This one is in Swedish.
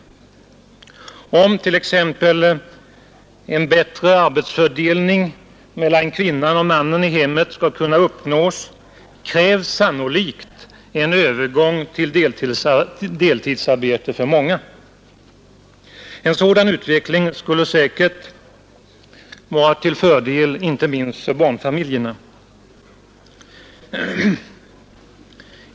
För att t.ex. en bättre arbetsfördelning i hemmet mellan kvinnan och mannen skall kunna uppnås krävs sannolikt en övergång till deltidsarbete för många människor. En sådan utveckling skulle säkert vara till fördel, inte bara för barnfamiljerna.